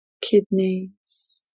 kidneys